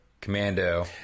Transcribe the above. commando